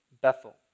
Bethel